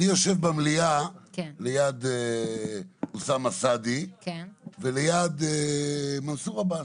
אני יושב במליאה ליד אוסאמה סעדי וליד מנסור עבאס.